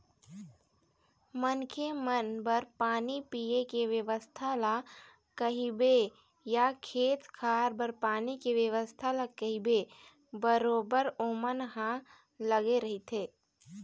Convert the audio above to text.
मनखे मन बर पानी पीए के बेवस्था ल कहिबे या खेत खार बर पानी के बेवस्था ल कहिबे बरोबर ओमन ह लगे रहिथे